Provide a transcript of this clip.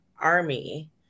army